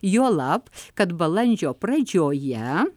juolab kad balandžio pradžioje